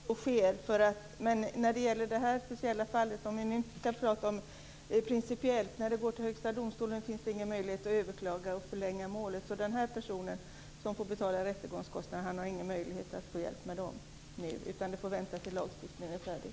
Fru talman! Ja, det är tacksamt att så sker. Men när det gäller det här speciella fallet, om vi nu ska prata principiellt, är det så att när det går till Högsta domstolen finns det ingen möjlighet att överklaga och förlänga målet. Så den här personen som får betala rättegångskostnaderna har ingen möjlighet att få hjälp med detta nu. Det får vänta tills lagstiftningen är färdig.